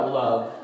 love